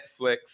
Netflix